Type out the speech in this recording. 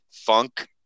funk